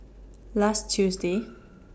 last Tuesday